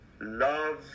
love